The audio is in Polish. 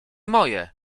moje